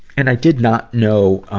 and i did not know, ah,